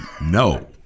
No